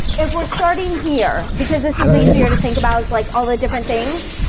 if we're starting here, because this is easier to think about, it's like all the different things,